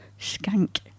Skank